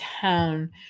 town